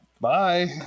Bye